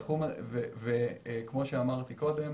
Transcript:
כמו שאמרתי קודם: